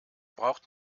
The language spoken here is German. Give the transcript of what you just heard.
braucht